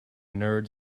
nerds